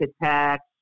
attacks